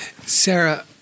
Sarah